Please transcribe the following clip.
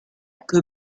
queue